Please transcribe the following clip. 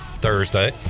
Thursday